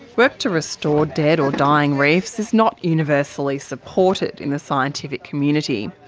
work to restore dead or dying reefs is not universally supported in the scientific community.